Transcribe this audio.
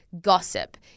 gossip